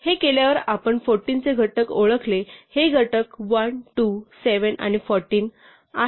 हे केल्यावर आपण 14 चे घटक ओळखले हे घटक 1 2 7 आणि 14 आहेत